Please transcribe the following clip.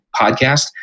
podcast